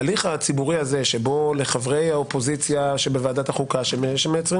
ההליך הציבורי הזה שבו לחברי האופוזיציה שבוועדת החוקה שמייצרים